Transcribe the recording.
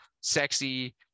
sexy